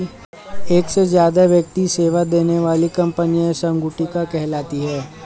एक से ज्यादा वित्तीय सेवा देने वाली कंपनियां संगुटिका कहलाती हैं